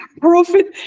profit